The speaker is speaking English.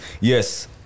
yes